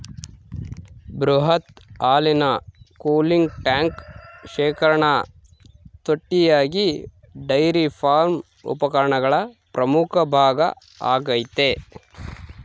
ಬೃಹತ್ ಹಾಲಿನ cooling tank ಶೇಖರಣಾ ತೊಟ್ಟಿಯಾಗಿ ಡೈರಿ ಫಾರ್ಮ್ ಉಪಕರಣಗಳ ಪ್ರಮುಖ ಭಾಗ ಆಗೈತೆ